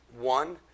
One